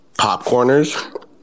Popcorners